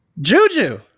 Juju